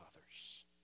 others